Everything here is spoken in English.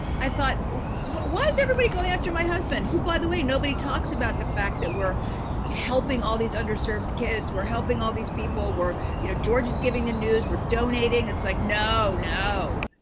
i thought, why is everybody going after my husband who, by the way, nobody talks about the fact that we're helping all these underserved kids, we're helping all these people, we're, you know, george is giving the news, we're donating. it's like, no, no,